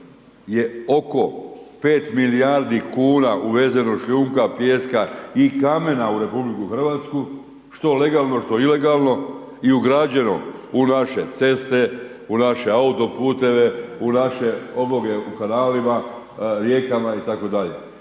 je oko 5 milijardi kuna uvezanog šljunka, pijeska i kamena u RH što legalno, što ilegalno i ugrađeno u naše ceste, u naše autoputeve, u naše …/nerazumljivo/… kanalima, rijekama itd.,